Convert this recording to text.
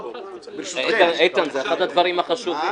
זה אחד הדברים החשובים.